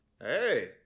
Hey